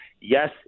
Yes